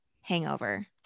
hangover